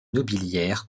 nobiliaire